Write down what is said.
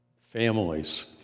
families